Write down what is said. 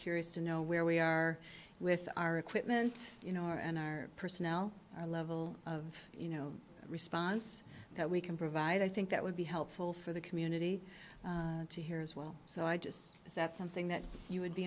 curious to know where we are with our equipment you know and our personnel our level of you know response that we can provide i think that would be helpful for the community to hear as well so i just is that something that you would be